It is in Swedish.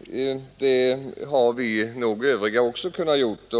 Också vi övriga har nog kunnat göra detta.